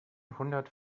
hundert